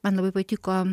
man labai patiko